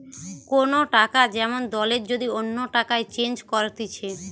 কোন টাকা যেমন দলের যদি অন্য টাকায় চেঞ্জ করতিছে